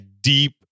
deep